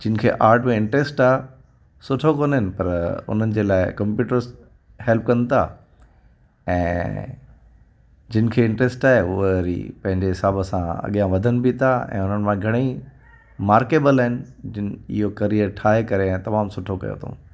जिन खे आर्ट में इंटरस्ट आहे सुठो कोन आहिनि पर उन्हनि जे लाइ कंप्यूटर्स हेल्प कनि था ऐं जिनि खे इंटरस्ट आहे उहे वरी पंहिंजे हिसाब सां अॻियां वधनि बि था ऐं उन्हनि मां घणेई मार्केबल आहिनि जिन इहो करीअर ठाहे करे ऐं तमामु सुठो कयो अथऊं